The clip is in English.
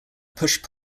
push